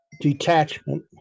detachment